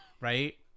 right